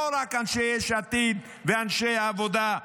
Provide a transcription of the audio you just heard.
לא רק אנשי יש עתיד, אנשי העבודה,